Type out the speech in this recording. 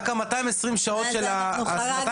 רק 220 שעות זה על כל